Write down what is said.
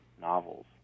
novels